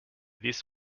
this